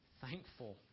thankful